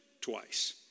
twice